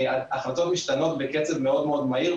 ההחלטות משתנות בקצב מאוד מאוד מהיר.